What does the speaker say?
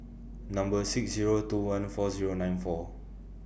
Number six Zero two one four Zero nine four